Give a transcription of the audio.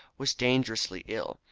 was dangerously ill,